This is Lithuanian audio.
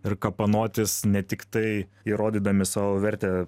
ir kapanotis ne tiktai įrodydami savo vertę